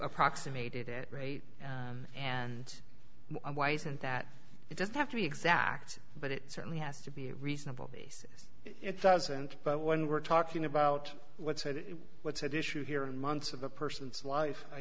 approximate it rate and why isn't that it doesn't have to be exact but it certainly has to be a reasonable basis it doesn't but when we're talking about let's say what's at issue here and months of the person's life i